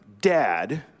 Dad